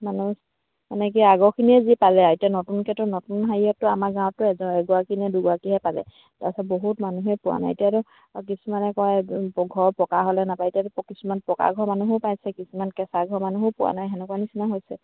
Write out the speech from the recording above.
মানুহ মানে কি আগৰখিনিয়ে যি পালে এতিয়া নতুনকেতো নতুন হেৰিয়ততো আমাৰ গাঁৱতটো এজ এগৰাকী নি দুগৰাকীয়েহে পালে তাৰপিছত বহুত মানুহে পোৱা নাই এতিয়াতো কিছুমানে কয় ঘৰ পকা হ'লে নাপায় এতিয়া কিছুমান পকা ঘৰ মানুহো পাইছে কিছুমান কেঁচা ঘৰ মানুহো পোৱা নাই তেনেকুৱা নিচিনা হৈছে